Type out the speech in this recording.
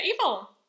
Evil